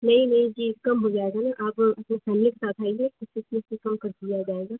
नहीं नहीं जी कम हो जाएगा ना आप अपने फैमिली के साथ आएँगे तो उस पर डिस्काउंट कर दिया जाएगा